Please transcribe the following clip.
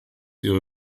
ihre